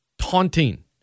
taunting